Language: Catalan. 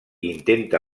intenta